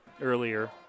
earlier –